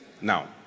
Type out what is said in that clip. Now